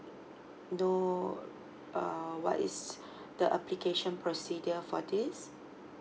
know err what is the application procedure for this